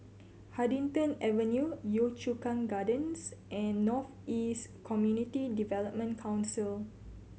Huddington Avenue Yio Chu Kang Gardens and North East Community Development Council